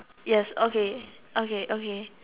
yes okay okay okay